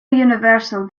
universal